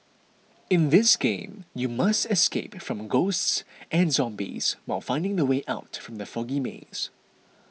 in this game you must escape from ghosts and zombies while finding the way out from the foggy maze